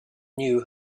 knew